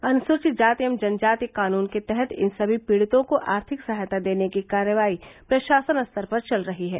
अनुसूचित जाति एवं जनजाति कानून के तहत इन सभी पड़ितों को आर्थिक सहायता देने की कार्यवाही प्रशासन स्तर पर चल रही है